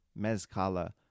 Mezcala